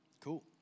Cool